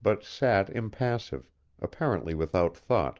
but sat impassive apparently without thought